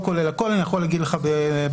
אני יכול להגיד לך במדויק.